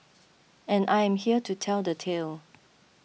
and I am here to tell the tale